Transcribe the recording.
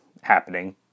happening